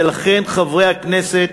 ולכן, חברי הכנסת,